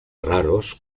raros